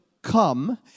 come